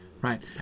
right